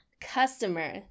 Customer